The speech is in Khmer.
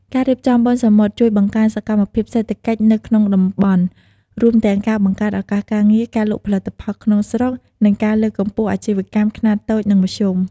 ការរៀបចំបុណ្យសមុទ្រជួយបង្កើនសកម្មភាពសេដ្ឋកិច្ចនៅក្នុងតំបន់ រួមទាំងការបង្កើតឱកាសការងារ ការលក់ផលិតផលក្នុងស្រុក និងការលើកកម្ពស់អាជីវកម្មខ្នាតតូច និងមធ្យម។